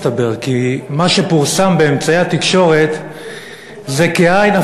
מסתבר כי מה שפורסם באמצעי התקשורת זה כאין,